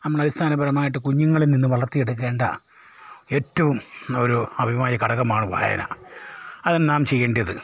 നമ്മൾ അടിസ്ഥാനപരമായിട്ട് കുഞ്ഞുങ്ങളിൽ നിന്ന് വളർത്തിയെടുക്കേണ്ട ഏറ്റവും ഒരു അഭികാമ്യമായ ഘടകമാണ് വായന അതിന് നാം ചെയ്യേണ്ടത്